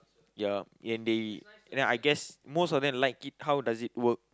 yeah and they and then I guess most of them like it how does it work